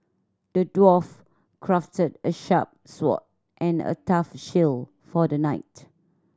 the dwarf crafted a sharp sword and a tough shield for the knight